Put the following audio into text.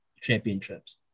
championships